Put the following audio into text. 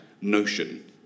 notion